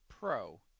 Pro